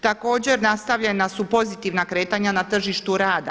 Također nastavljena su pozitivna kretanja na tržištu rada.